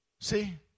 See